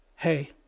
Hey